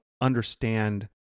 understand